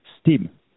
steam